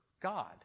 God